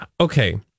okay